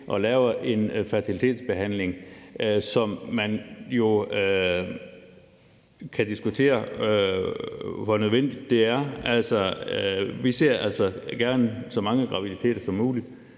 og laver en fertilitetsbehandling, så kan diskutere, hvor nødvendigt det er. Vi ser altså gerne så mange graviditeter som muligt,